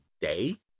day